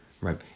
right